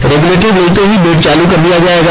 regulator मिलते ही bed चालू कर दिया जायेगा